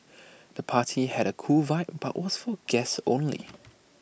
the party had A cool vibe but was for guests only